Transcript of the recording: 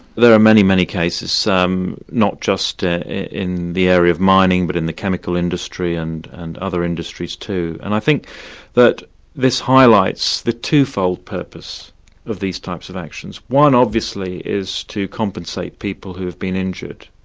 there are many, many cases, not just and in the area of mining but in the chemical industry and and other industries too. and i think that this highlights the twofold purpose of these types of actions. one obviously is to compensate people who have been injured,